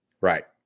Right